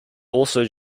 also